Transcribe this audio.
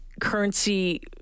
currency